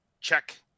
check